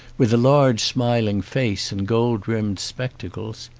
with a large smiling face and gold-rimmed spectacles.